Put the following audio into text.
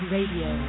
Radio